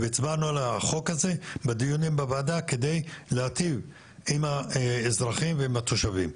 הצבענו על החוק הזה בדיונים בוועדה כדי להיטיב עם האזרחים ועם התושבים.